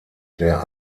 der